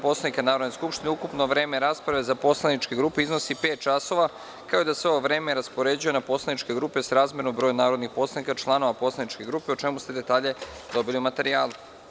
Poslovnika Narodne skupštine, ukupno vreme rasprave za poslaničke grupe iznosi pet časova, kao i da se ovo vreme raspoređuje na poslaničke grupe srazmerno broju narodnih poslanika, članova poslaničke grupe, o čemu ste detalje dobili o materijalu.